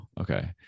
okay